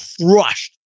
crushed